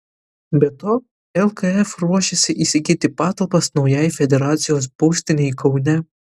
be to lkf ruošiasi įsigyti patalpas naujai federacijos būstinei kaune